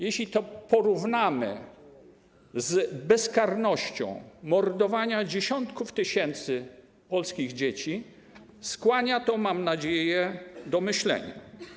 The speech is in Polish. Jeśli to porównamy z bezkarnością mordowania dziesiątków tysięcy polskich dzieci, skłania to, mam nadzieję, do myślenia.